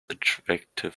attractive